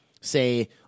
say –